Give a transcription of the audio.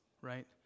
right